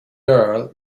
girl